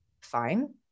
fine